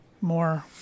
more